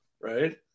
right